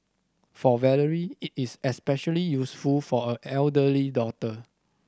for Valerie this is especially useful for her elder daughter